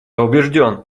убежден